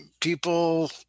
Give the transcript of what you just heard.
people